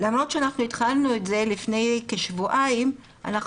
למרות שאנחנו התחלנו את זה לפני כשבועיים אנחנו